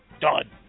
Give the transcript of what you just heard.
Done